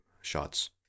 shots